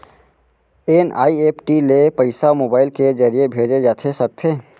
NEFT ले पइसा mobile के ज़रिए भेजे जाथे सकथे?